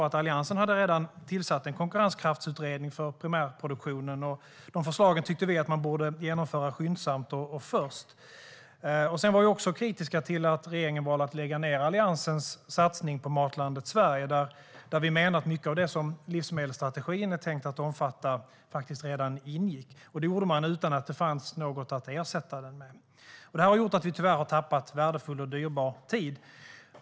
Alliansen hade redan tillsatt en konkurrenskraftsutredning för primärproduktionen, vars förslag vi tyckte att man borde genomföra skyndsamt och först. Sedan var vi också kritiska till att regeringen valde att lägga ned Alliansens satsning på Matlandet Sverige - där mycket av det som livsmedelsstrategin är tänkt att omfatta redan ingick - utan att det fanns något att ersätta det med. Det har gjort att vi tyvärr har tappat värdefull och dyrbar tid.